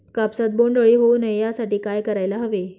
कापसात बोंडअळी होऊ नये यासाठी काय करायला हवे?